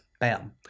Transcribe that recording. Bam